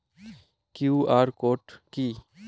QR code কি?